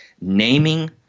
naming